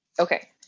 Okay